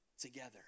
together